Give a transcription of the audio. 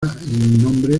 nombre